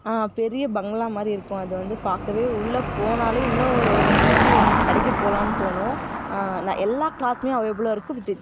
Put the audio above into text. பெரிய பங்களா மாதிரி இருக்கும் அது வந்து பார்க்கவே உள்ளே போனாலே இன்னும் ஒரு ரெண்டு வாட்டி கடைக்கு போகலான்னு தோணும் எல்லா க்ளாத்துமே அவேலபுலாகருக்கும் வித்து